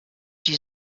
die